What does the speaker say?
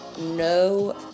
no